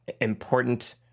important